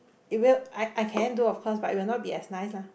even I I can do of course but it will not be as nice lah